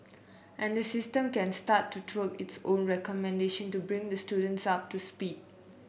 and the system can start to tweak its own recommendation to bring the students up to speed